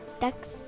ducks